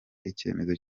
icyemezo